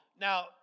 Now